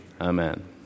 Amen